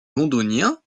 londonien